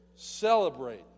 Celebrate